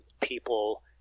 people